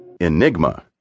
Enigma